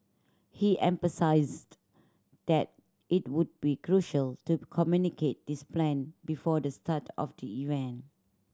he emphasised that it would be crucial to communicate this plan before the start of the event